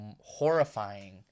horrifying